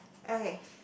okay